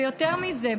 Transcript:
ויותר מזה,